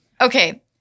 Okay